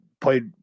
played